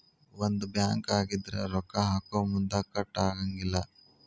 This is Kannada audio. ಒಂದ ಬ್ಯಾಂಕ್ ಆಗಿದ್ರ ರೊಕ್ಕಾ ಹಾಕೊಮುನ್ದಾ ಕಟ್ ಆಗಂಗಿಲ್ಲಾ